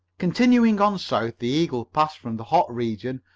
continuing on south, the eagle passed from the hot region,